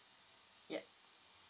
ya